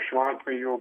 šiuo atveju